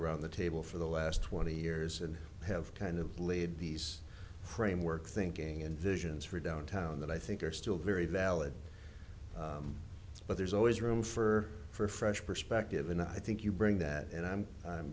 around the table for the last twenty years and have kind of laid these framework thinking and visions for downtown that i think are still very valid but there's always room for for a fresh perspective and i think you bring that and i'm